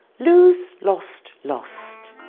lose lost lost.